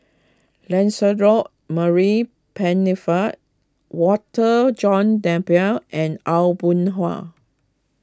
Lancelot Maurice Pennefather Walter John Napier and Aw Boon Haw